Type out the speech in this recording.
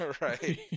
right